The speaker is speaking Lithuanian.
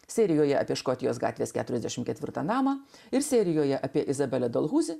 serijoje apie škotijos gatvės keturiasdešimt ketvirtą namą ir serijoje apie izabelę dėl kūdikio